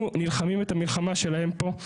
אנחנו נלחמים את המלחמה שלהם פה.